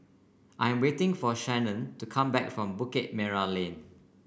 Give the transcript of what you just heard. I'm waiting for Shanon to come back from Bukit Merah Lane